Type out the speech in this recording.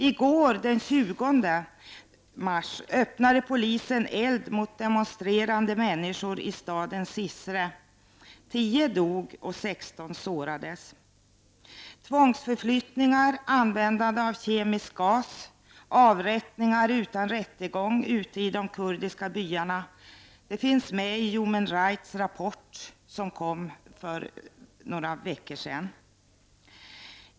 I går, den 20 mars, öppnade polisen eld mot demonstrerande människor i staden Cizre, varvid tio dog och sexton sårades. Tvångsförflyttningar, användande av kemisk gas, avrättningar utan rättegång ute i de kurdiska byarna finns med i Human Rights rapport från området som kom för några veckor sedan.